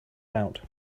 out